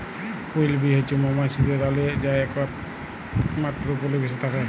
queen bee হছে মোমাছিদের রালী যে একমাত্তর উপলিবেশে থ্যাকে